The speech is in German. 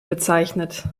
bezeichnet